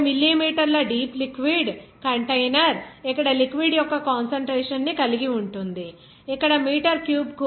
50 మిల్లీమీటర్ల deep liquid container ఇక్కడ liquid యొక్క కాన్సంట్రేషన్ ని కలిగి ఉంటుంది ఇక్కడ మీటర్ క్యూబ్కు 0